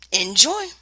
Enjoy